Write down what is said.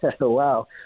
Wow